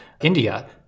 India